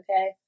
okay